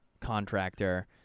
contractor